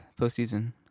postseason